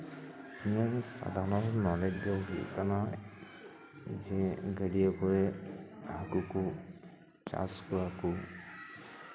ᱤᱧᱟᱹᱜ ᱥᱟᱫᱷᱟᱨᱚᱱ ᱱᱚᱞᱮᱡᱽ ᱫᱚ ᱦᱩᱭᱩᱜ ᱠᱟᱱᱟ ᱜᱟᱹᱰᱭᱟᱹ ᱠᱚᱨᱮᱜ ᱦᱟᱹᱠᱩ ᱠᱚ ᱪᱟᱥ ᱠᱚᱣᱟ ᱠᱚ